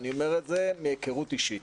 ואני אומר את זה מהיכרות אישית.